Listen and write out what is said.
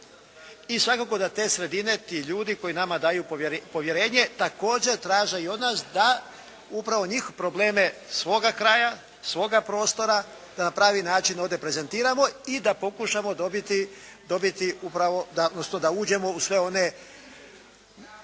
i svakako da te sredine, ti ljudi koji nama daju povjerenje također traže i od nas da upravo njihove probleme, svoga kraja, svoga prostora da na pravi način ovdje prezentiramo i da pokušamo dobiti upravo,